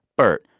bert,